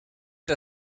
der